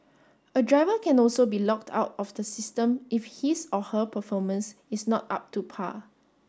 a driver can also be locked out of the system if his or her performance is not up to par